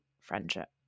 friendship